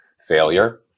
failure